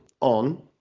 on